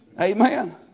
Amen